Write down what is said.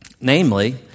Namely